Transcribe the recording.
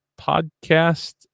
podcast